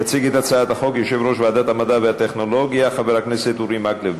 יציג את הצעת החוק יושב-ראש ועדת המדע והטכנולוגיה חבר הכנסת אורי מקלב.